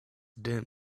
dimmed